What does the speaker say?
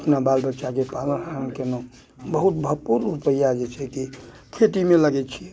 अपना बाल बच्चाके पालन हारन केलहुँ बहुत भरपूर रुपैआ जे छै कि खेतीमे लगैत छै